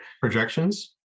projections